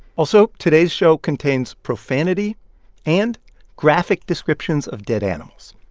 also, today's show contains profanity and graphic descriptions of dead animals.